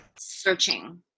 searching